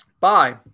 Bye